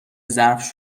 ظرف